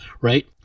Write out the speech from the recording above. Right